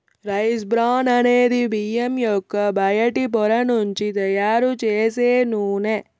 rice bran అనేది బియ్యం యొక్క బయటి పొర నుంచి తయారు చేసే నూనె